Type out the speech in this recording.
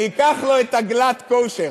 ניקח לו את הגלאט-כשר.